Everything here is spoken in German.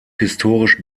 historisch